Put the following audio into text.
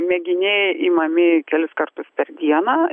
mėginiai imami kelis kartus per dieną